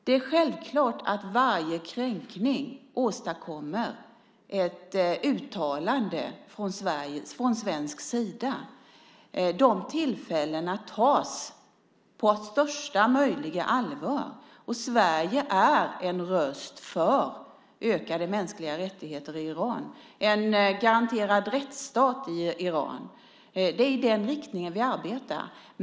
Det är självklart att varje kränkning åstadkommer ett uttalande från svensk sida. De tillfällena tas på största möjliga allvar. Sverige är en röst för ökade mänskliga rättigheter i Iran, en garanterad rättsstat i Iran. Det är i den riktningen vi arbetar.